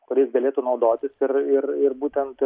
kuriais galėtų naudotis ir ir būtent